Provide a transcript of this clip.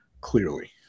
clearly